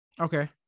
Okay